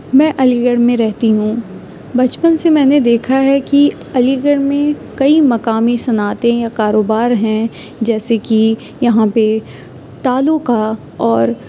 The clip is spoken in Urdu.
میں علی گڑھ میں رہتی ہوں بچپن سے میں نے دیکھا ہے کہ علی گڑھ میں کئی مقامی صنعتیں یا کاروبار ہیں جیسے کہ یہاں پہ تالوں کا اور